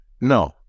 No